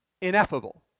ineffable